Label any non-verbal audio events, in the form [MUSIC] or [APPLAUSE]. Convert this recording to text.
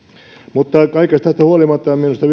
mutta kaikesta tästä huolimatta minusta [UNINTELLIGIBLE]